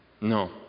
no